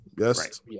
Yes